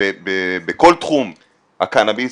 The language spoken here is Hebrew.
בכל תחום הקנאביס,